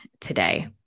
today